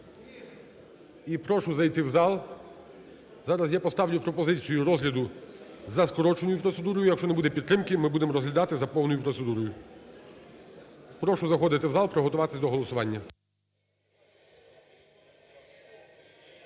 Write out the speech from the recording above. І прошу зайти в зал, зараз я поставлю пропозицію розгляду за скороченою процедурою, якщо не буде підтримки, ми будемо розглядати за повною процедурою. Прошу заходити в зал, приготуватися до голосування.